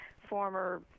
Former